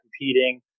competing